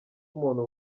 umuntu